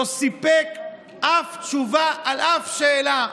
לא סיפק שום תשובה על שום שאלה.